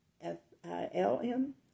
F-I-L-M